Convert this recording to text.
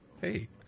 Hey